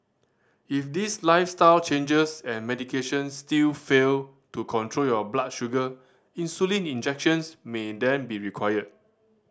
if these lifestyle changes and medication still fail to control your blood sugar insulin injections may then be required